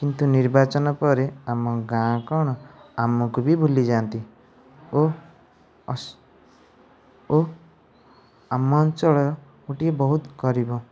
କିନ୍ତୁ ନିର୍ବାଚନ ପରେ ଆମ ଗାଁ କ'ଣ ଆମକୁ ବି ଭୁଲିଯାଆନ୍ତି ଓ ଅସ ଓ ଆମ ଅଞ୍ଚଳ ଗୋଟିଏ ବହୁତ ଗରିବ